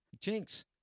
Jinx